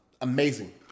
amazing